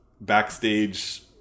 backstage